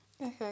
Okay